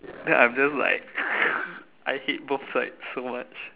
then I'm just like I hate both sides so much